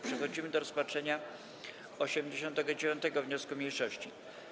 Przechodzimy do rozpatrzenia 89. wniosku mniejszości.